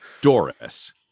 Doris